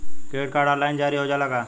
Credit card online जारी हो जाला का?